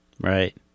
right